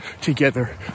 together